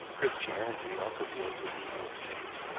christianity also deals with these instincts.